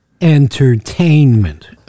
entertainment